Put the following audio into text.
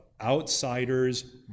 outsiders